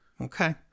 okay